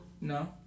No